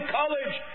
college